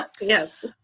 Yes